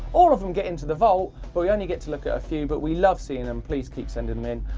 all of them get into the vault, but we only get to look at a few. but we love seeing them, please keep sending them in.